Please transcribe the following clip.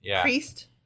priest